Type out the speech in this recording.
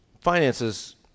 Finances